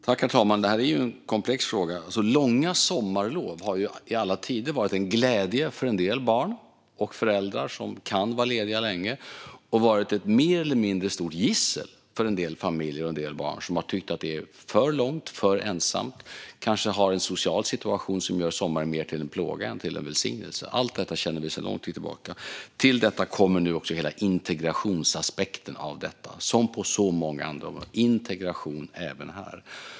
Herr talman! Detta är en komplex fråga. Långa sommarlov har i alla tider varit en glädje för en del barn och för föräldrar som kan vara lediga länge men ett mer eller mindre stort gissel för en del familjer och en del barn, som tycker att det är för långt och för ensamt och kanske har en social situation som gör sommaren mer till en plåga än till en välsignelse. Allt detta känner vi till sedan lång tid tillbaka. Till detta kommer nu hela integrationsaspekten av detta, som på så många andra områden. Det handlar om integration även här.